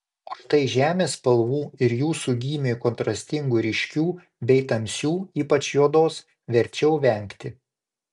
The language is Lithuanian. o štai žemės spalvų ir jūsų gymiui kontrastingų ryškių bei tamsių ypač juodos verčiau vengti